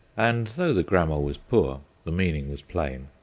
and though the grammar was poor, the meaning was plain,